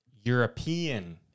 European